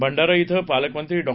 भंडारा श्वि पालकमंत्री डॉ